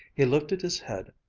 he lifted his head,